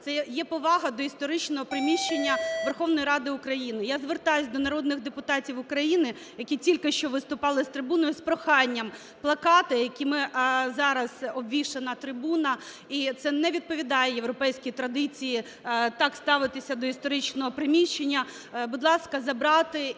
це є повага до історичного приміщення Верховної Ради України. Я звертаюсь до народних депутатів України, які тільки що виступали з трибуни, з проханням плакати, якими зараз обвішана трибуна, і це не відповідає європейській традиції так ставитися до історичного приміщення, будь ласка, забрати.